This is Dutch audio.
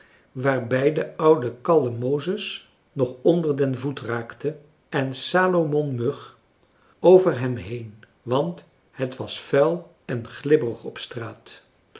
waarbij de oude kallemozes nog onder den voet raakte en salomon mug over hem heen want het was vuil en glibberig op de straat